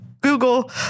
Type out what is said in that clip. google